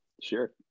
Sure